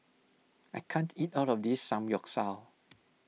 I can't eat all of this Samgyeopsal